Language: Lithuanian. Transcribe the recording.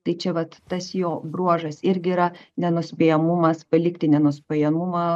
tai čia vat tas jo bruožas irgi yra nenuspėjamumas palikti nenuspėjamumą